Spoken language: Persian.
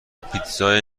پیتزا